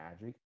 magic